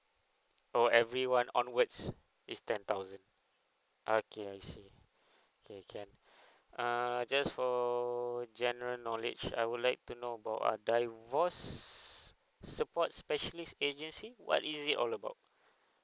oh every one onwards is ten thousand okay I see okay can err just for general knowledge I would like to know about uh divorce support specialist agency what is it all about